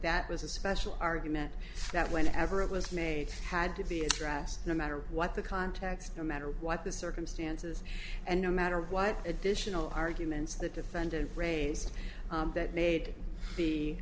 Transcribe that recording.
that was a special argument that whenever it was made had to be addressed no matter what the context the matter what the circumstances and no matter what additional arguments the defendant raised that made the